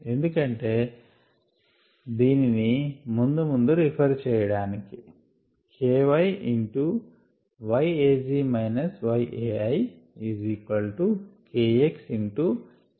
ఎందుకంటే దీనిని ముందు ముందు రెఫెర్ చేయటానికి